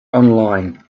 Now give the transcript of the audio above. online